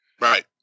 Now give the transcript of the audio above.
Right